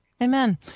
Amen